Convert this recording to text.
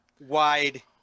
wide